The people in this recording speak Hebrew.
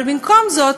אבל במקום זה,